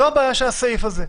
זו הבעיה של הסעיף הזה,